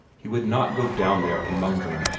he would not go down there among them,